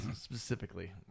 specifically